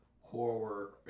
horror